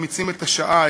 מחמיצים את השעה,